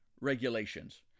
regulations